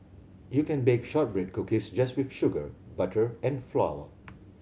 you can bake shortbread cookies just with sugar butter and flour